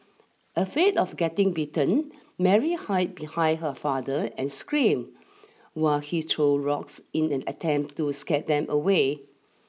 afraid of getting bitten Mary hide behind her father and scream while he throw rocks in an attempt to scare them away